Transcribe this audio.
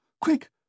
Quick